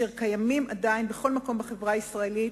תופעות אשר עדיין קיימות בכל מקום בחברה הישראלית,